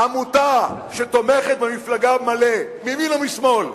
עמותה שתומכת במפלגה, מלא, מימין או משמאל,